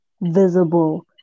visible